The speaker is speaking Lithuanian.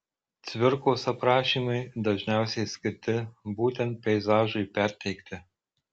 cvirkos aprašymai dažniausiai skirti būtent peizažui perteikti